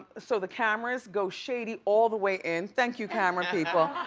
so the cameras go shady all the way in, thank you camera people.